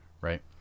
Right